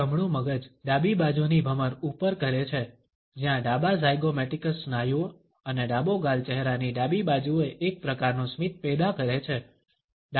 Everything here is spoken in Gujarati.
જમણુ મગજ ડાબી બાજુની ભમર ઉપર કરે છે જ્યાં ડાબા ઝાયગોમેટિકસ સ્નાયુઓ અને ડાબો ગાલ ચહેરાની ડાબી બાજુએ એક પ્રકારનું સ્મિત પેદા કરે છે